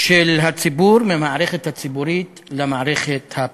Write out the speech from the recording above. של הציבור מהמערכת הציבורית למערכת הפרטית.